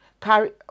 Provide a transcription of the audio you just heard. carry